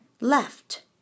left